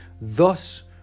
Thus